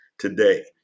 today